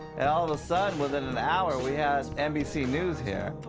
and all of a sudden within an hour we had nbc news here.